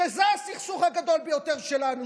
שזה הסכסוך הגדול ביותר שלנו,